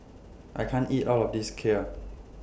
I can't eat All of This Kheer